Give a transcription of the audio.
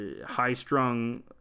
high-strung